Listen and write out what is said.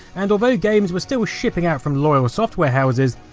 and although games were still shipping out from loyal software houses,